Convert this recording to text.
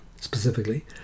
specifically